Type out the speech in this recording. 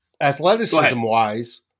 Athleticism-wise –